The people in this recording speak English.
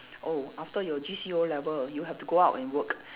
oh after your G_C_E O-level you have to go out and work